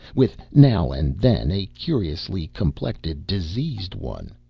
with now and then a curiously complected diseased one.